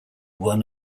won